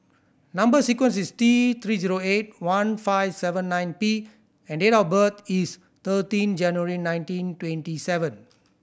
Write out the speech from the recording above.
number sequence is T Three zero eight one five seven nine P and date of birth is thirteen January nineteen twenty seven